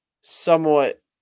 somewhat